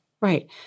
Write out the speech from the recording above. right